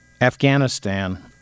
Afghanistan